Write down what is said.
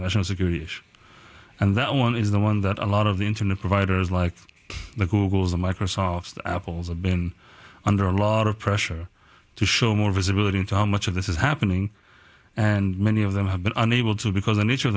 national security issue and that one is the one that a lot of the internet providers like the googles of microsoft apple's have been under a lot of pressure to show more visibility into how much of this is happening and many of them have been unable to because the nature of